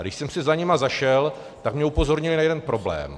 A když jsem si za nimi zašel, tak mě upozornili na jeden problém.